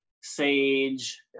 sage